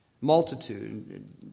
Multitude